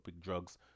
drugs